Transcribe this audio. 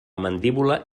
mandíbula